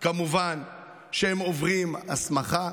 כמובן שהם עוברים הסמכה.